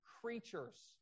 creatures